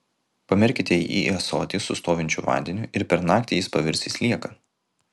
pamerkite jį į ąsotį su stovinčiu vandeniu ir per naktį jis pavirs į slieką